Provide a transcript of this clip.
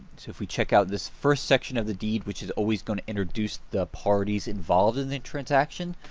so if we check out this first section of the deed which is always going to introduce the parties involved in the transaction.